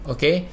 Okay